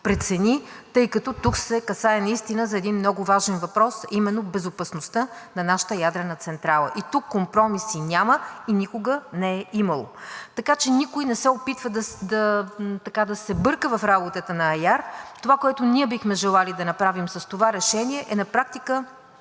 тъй като тук се касае за един много важен въпрос, а именно безопасността на нашата ядрена централа. Тук компромиси няма и никога не е имало, така че никой не се опитва да се бърка в работата на АЯР. Това, което ние бихме желали да направим с това решение, е на практика